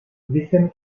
dicen